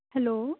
hello